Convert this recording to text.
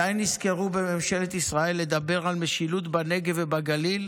מתי נזכרו בממשלת ישראל לדבר על משילות בנגב ובגליל?